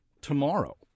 tomorrow